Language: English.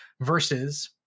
versus